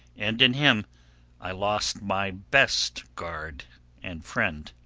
and in him i lost my best guard and friend.